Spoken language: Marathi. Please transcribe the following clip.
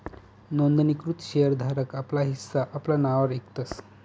नोंदणीकृत शेर धारक आपला हिस्सा आपला नाववर इकतस